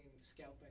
scalping